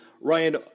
ryan